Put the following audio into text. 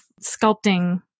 sculpting